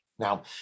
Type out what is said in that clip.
Now